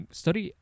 story